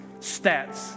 stats